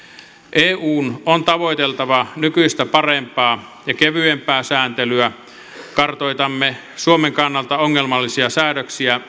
eun on tavoiteltava nykyistä parempaa ja kevyempää sääntelyä kartoitamme suomen kannalta ongelmallisia säädöksiä